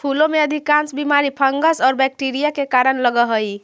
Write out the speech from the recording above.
फूलों में अधिकांश बीमारी फंगस और बैक्टीरिया के कारण लगअ हई